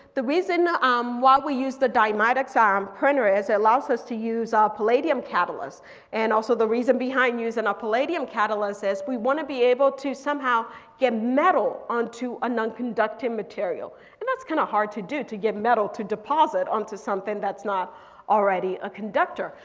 the reason um why we use the dynamics ah um printer is it allows us to use our palladium catalyst and also the reason behind our and palladium catalyst is. we wanna be able to somehow get metal onto a non conducting material and that's kind of hard to do. to get metal to deposit onto something that's not already a conductor.